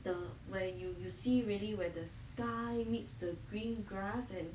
the where you you see really where the sky meets the green grass and